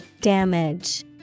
Damage